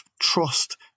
trust